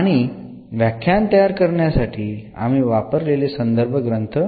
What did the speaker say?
आणि व्याख्यान तयार करण्यासाठी आम्ही वापरलेले संदर्भ ग्रंथ हे आहेत